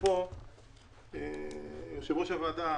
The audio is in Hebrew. יושב-ראש הוועדה,